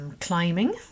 climbing